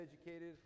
educated